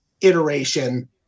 iteration